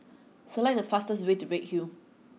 select the fastest way to Redhill